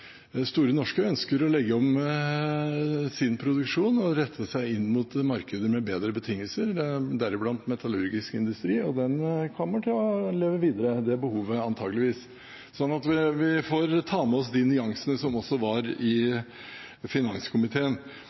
Store Norske ønsker å legge om sin produksjon og rette seg inn mot markeder med bedre betingelser, deriblant metallurgisk industri. Det behovet kommer antageligvis til å leve videre. Så vi må ta med oss de nyansene som var i finanskomiteen.